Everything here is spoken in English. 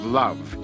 love